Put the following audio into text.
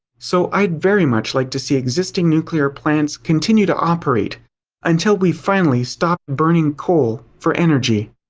so i'd very much like to see existing nuclear plants continue to operate until we finally stop burning coal for energy.